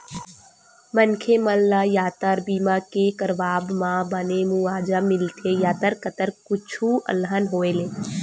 मनखे मन ल यातर बीमा के करवाब म बने मुवाजा मिलथे यातर करत कुछु अलहन होय ले